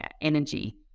energy